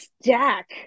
stack